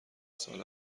سال